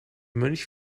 mönch